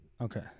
Okay